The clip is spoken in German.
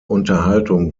unterhaltung